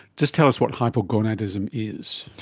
just tell us what hypogonadism is.